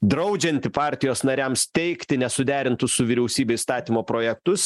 draudžianti partijos nariams teikti nesuderintus su vyriausybe įstatymo projektus